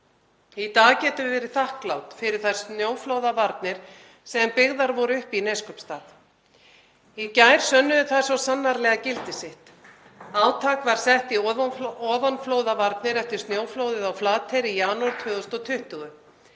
Í dag getum við verið þakklát fyrir þær snjóflóðavarnir sem byggðar voru upp í Neskaupstað. Í gær sönnuðu þær svo sannarlega gildi sitt. Átak var sett í ofanflóðavarnir eftir snjóflóðið á Flateyri í janúar 2020.